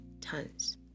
tons